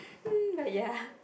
mm but ya